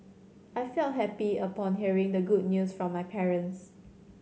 I felt happy upon hearing the good news from my parents